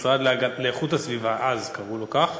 והמשרד לאיכות הסביבה, אז קראו לו כך,